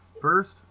first